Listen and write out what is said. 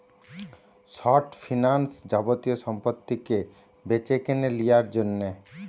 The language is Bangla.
শর্ট ফিন্যান্স যাবতীয় সম্পত্তিকে বেচেকিনে লিয়ার জন্যে